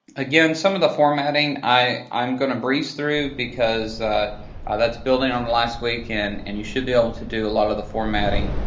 again, some of the formatting, i'm going to breeze through, because that's building on last week. and and you should be able to do a lot of the formatting